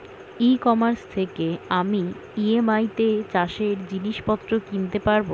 ই commerce থেকে আমি EMI তে চাষে জিনিসপত্র কিনতে পারব?